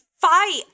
fight